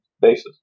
basis